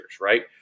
right